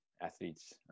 athletes